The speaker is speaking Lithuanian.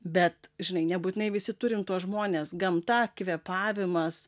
bet žinai nebūtinai visi turim tuos žmones gamta kvėpavimas